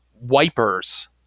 wipers